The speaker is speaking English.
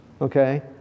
okay